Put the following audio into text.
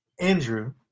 Andrew